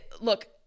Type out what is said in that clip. look